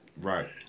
Right